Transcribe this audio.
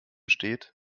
steht